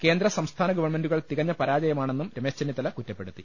കേന്ദ്ര സംസ്ഥാന ഗവൺമെന്റുകൾ തികഞ്ഞ പരാജയമാണെന്നും രമേശ് ചെന്നിത്തല കുറ്റപ്പെ ടുത്തി